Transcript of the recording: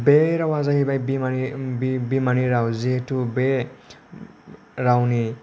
बे रावा जाहैबाय बिमानि बिमानि राव जिहेतु बे रावनि